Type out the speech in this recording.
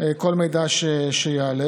כל מידע שיעלה.